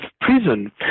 prison